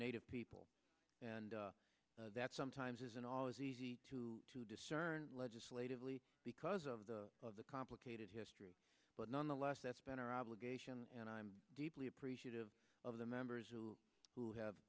native people and that sometimes isn't always easy to discern legislatively because of the of the complicated history but nonetheless that's been our obligation and i'm deeply appreciative of the members who